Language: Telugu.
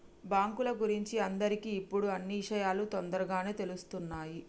బాంకుల గురించి అందరికి ఇప్పుడు అన్నీ ఇషయాలు తోందరగానే తెలుస్తున్నాయి